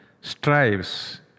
strives